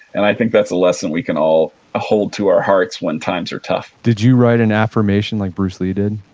and i think that's a lesson we can all hold to our hearts when times are tough did you write an affirmation like bruce lee did?